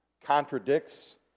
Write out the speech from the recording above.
contradicts